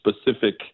specific